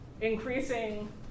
Increasing